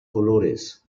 colores